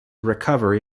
recover